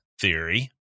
Theory